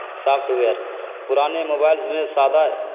soft where پرانے mobiles میں سادہ